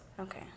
Okay